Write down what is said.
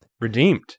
redeemed